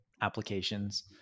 applications